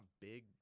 big